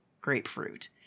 grapefruit